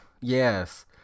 Yes